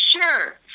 Sure